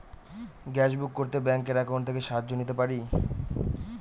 Gas book করতে ব্যাংকের account থেকে সাহায্য নিতে পারি?